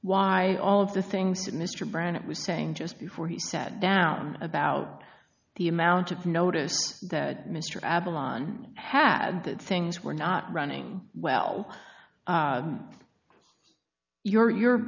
why all of the things that mr brant was saying just before he set down about the amount of notice that mr avalon had that things were not running well your your